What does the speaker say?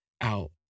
out